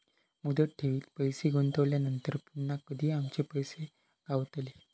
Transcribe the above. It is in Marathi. मुदत ठेवीत पैसे गुंतवल्यानंतर पुन्हा कधी आमचे पैसे गावतले?